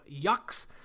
Yucks